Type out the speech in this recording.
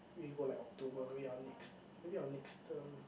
maybe I'll go like October maybe our next maybe our next term